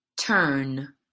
turn